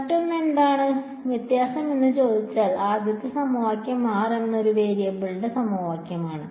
മറ്റൊന്ന് എന്താണ് വ്യത്യാസം എന്ന് ചോദിച്ചാൽ ആദ്യത്തെ സമവാക്യം r എന്ന ഒരു വേരിയബിളിലെ സമവാക്യമാണ്